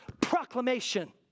proclamation